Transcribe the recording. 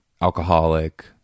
alcoholic